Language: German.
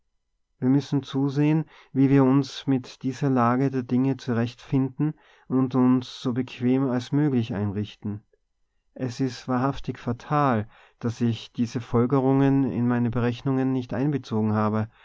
wir müssen zusehen wie wir uns mit dieser lage der dinge zurechtfinden und uns so bequem als möglich einrichten es ist wahrhaftig fatal daß ich diese folgerungen in meine berechnungen nicht einbezogen habe